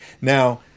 Now